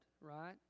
right